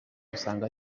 usanga